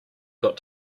got